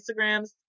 instagrams